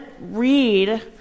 read